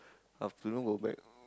afternoon go back